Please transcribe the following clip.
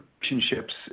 relationships